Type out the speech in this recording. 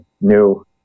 new